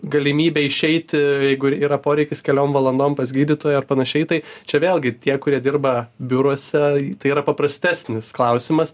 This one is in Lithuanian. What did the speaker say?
galimybę išeiti jeigu yra poreikis keliom valandom pas gydytoją ar panašiai tai čia vėlgi tie kurie dirba biuruose tai yra paprastesnis klausimas